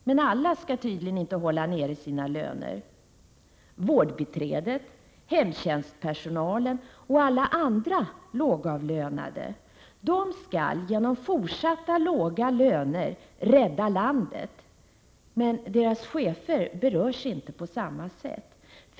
Men alla skall tydligen inte hålla nere sina löner. Vårdbiträden, hemtjänstpersonal och alla andra lågavlönade skall genom fortsatta låga löner rädda landet. Men deras chefer berörs inte på samma sätt.